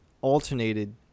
alternated